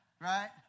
Right